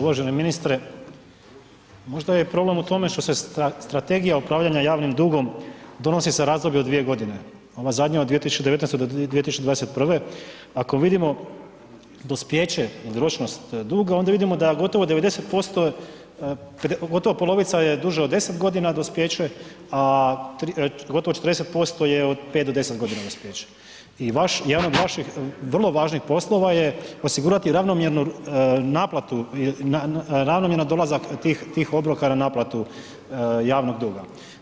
Uvaženi ministre, možda je problem u tome što se strategija upravljanja javnim dugom donosi za razdoblje od 2.g., ova zadnja od 2019. do 2021. ako vidimo dospijeće ili ročnost duga onda vidimo da gotovo 90%, gotovo polovica je duža od 10.g. dospijeće, a gotovo 40% je od 5 do 10.g. dospijeće i vaš, jedan od vaših vrlo važnih poslova je osigurati ravnomjerno naplatu, ravnomjeran dolazak tih, tih obroka na naplatu javnog duga.